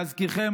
להזכירכם,